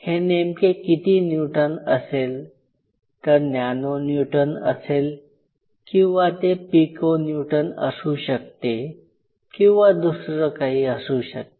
हे नेमके किती न्यूटन असेल तर नॅनो न्यूटन असेल किंवा ते पिको न्यूटन असू शकते किंवा दुसंर काही असू शकते